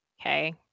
okay